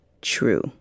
true